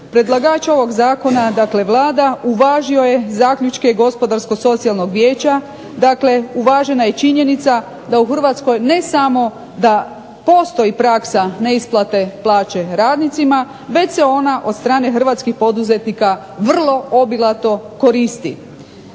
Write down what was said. predlagač ovog zakona dakle Vlada uvažio je zaključke Gospodarsko-socijalnog vijeća dakle uvažena je činjenica da u Hrvatskoj da ne samo postoji praksa neisplate plaće radnicima, već se ona od strane hrvatskih poduzetnika vrlo obilato koristi.